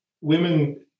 women